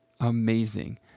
amazing